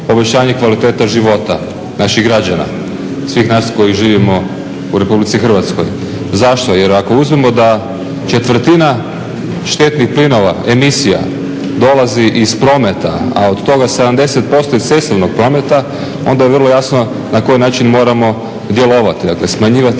poboljšanje kvalitete života naših građana, svih nas koji živimo u RH. Zašto? Jer ako uzmemo da četvrtina štetnih plinova, emisija dolazi iz prometa, a od toga 70% iz cestovnog prometa, onda je vrlo jasno na koji način moramo djelovati, dakle smanjivati